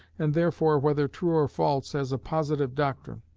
and therefore, whether true or false, as a positive doctrine.